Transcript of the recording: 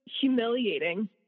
humiliating